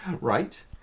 right